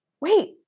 wait